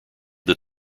that